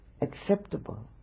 acceptable